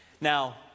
Now